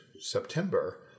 September